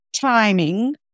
timing